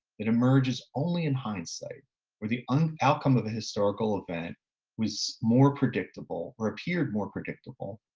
it emerges only in hindsight or the and outcome of a historical event was more predictable, or appeared more predictable,